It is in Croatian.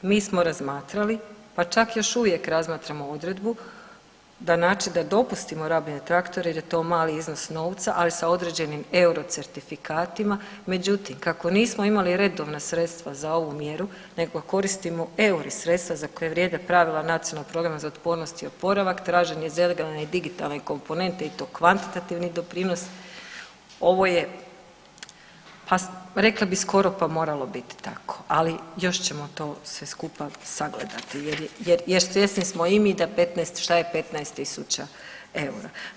Mi smo razmatrali, pa čak još uvijek razmatramo odredbu na način da dopustimo rabljene traktore jer je to mali iznos novca ali sa određenim euro certifikatima, međutim kako nismo imali redovna sredstava za ovu mjeru nego koristimo euro sredstva za koje vrijede pravila Nacionalnog programa za otpornost i oporavak tražen je …/nerazumljivo/… digitalne komponente i to kvantitativni doprinos ovo je pa rekla skoro pa moralo biti tako ali još ćemo to sve skupa sagledati jer svjesni smo i mi da 15, šta je 15.000 EUR-a.